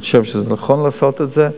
אני חושב שנכון לעשות את זה,